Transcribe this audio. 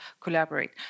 collaborate